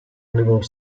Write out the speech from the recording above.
oliver